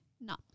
No